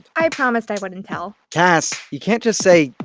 i promised i wouldn't tell. cass, you can't just say,